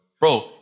Bro